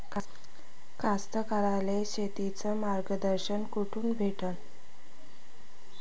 कास्तकाराइले शेतीचं मार्गदर्शन कुठून भेटन?